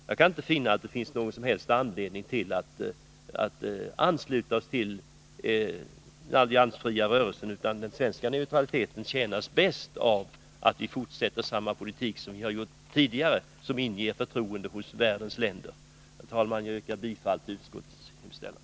Jag kan inte se någon som helst anledning för oss att ansluta oss till den alliansfria rörelsen. Den svenska neutraliteten är bäst betjänt av att vi fortsätter med samma politik som tidigare. Den inger förtroende hos världens länder. Herr talman! Jag yrkar bifall till utskottets hemställan.